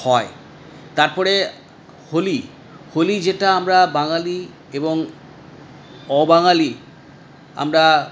হয় তারপরে হোলি হোলি যেটা আমরা বাঙালি এবং অবাঙালি আমরা